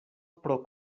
pro